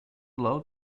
log